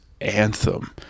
anthem